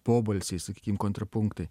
pobalsiai sakykim kontrapunktai